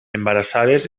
embarassades